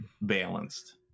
balanced